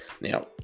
Now